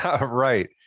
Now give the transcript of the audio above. Right